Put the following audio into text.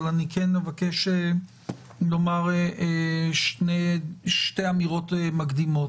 אבל אבקש לומר שתי אמירות מקדימות.